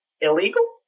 illegal